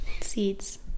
seeds